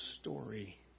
story